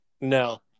No